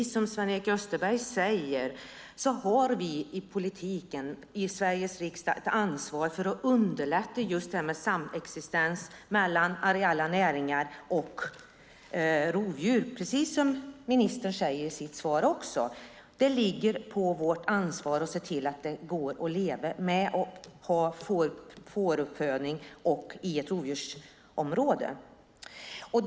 Som Sven-Erik Österberg säger har vi politiker i riksdagen ett ansvar för att underlätta samexistensen mellan areella näringar och rovdjur, vilket också ministern säger i sitt svar. Det är vårt ansvar att se till att det går att ha fåruppfödning i ett rovdjursområde.